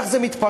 כך זה מתפרש.